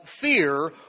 fear